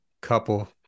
couple